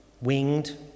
winged